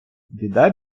біда